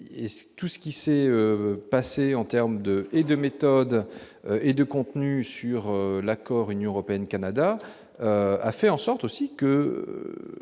tout ce qui s'est passé en terme de et de méthode et de contenu sur l'accord Union européenne-Canada a fait en sorte aussi que